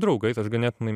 draugais aš ganėtinai